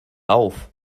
auf